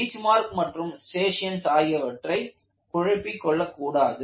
benchmark மற்றும் striations ஆகியவற்றை குழப்பிக்கொள்ளக்கூடாது